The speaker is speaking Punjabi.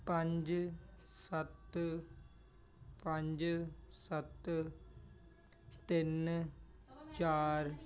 ਪੰਜ ਸੱਤ ਪੰਜ ਸੱਤ ਤਿੰਨ ਚਾਰ